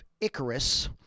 Icarus